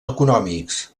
econòmics